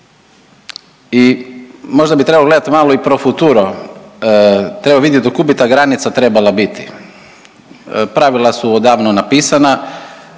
I možda bi trebalo gledat malo i profuturo, treba vidjet do kud bi ta granica trebala biti. Pravila su odavno napisana,